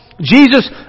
Jesus